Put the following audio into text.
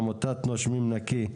עמותת נושמים נקי.